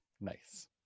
nice